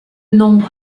nom